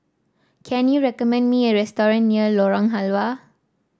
can you recommend me a restaurant near Lorong Halwa